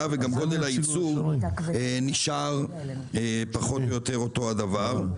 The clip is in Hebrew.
וגם גודל היצור נשאר פחות או יותר אותו הדבר.